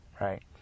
right